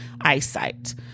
eyesight